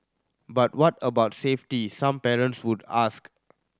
but what about safety some parents would ask